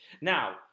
Now